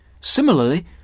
Similarly